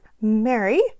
Mary